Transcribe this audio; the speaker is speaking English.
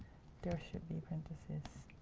there should be parentheses.